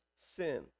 sin